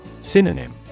Synonym